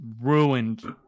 ruined